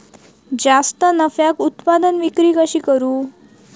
जास्त नफ्याक उत्पादन विक्री कशी करू?